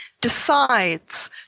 decides